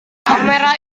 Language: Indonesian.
kamera